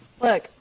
Look